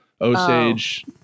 Osage